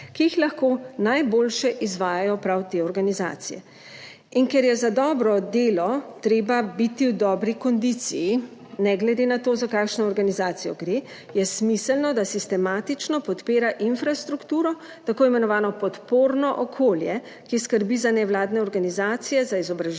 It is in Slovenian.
ki jih lahko najboljše izvajajo prav te organizacije, in ker je za dobro delo treba biti v dobri kondiciji, ne glede na to, za kakšno organizacijo gre, je smiselno, da sistematično podpira infrastrukturo, t. i. podporno okolje, ki skrbi za nevladne organizacije, za izobraževanje